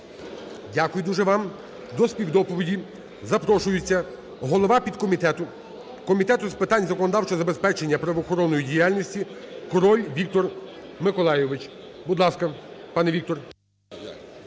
Дякую дуже вам. До співдоповіді запрошується голова підкомітету Комітету з питань законодавчого забезпечення правоохоронної діяльності Король Віктор Миколайович. Будь ласка, пане Віктор.